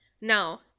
Now-